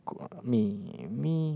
uh me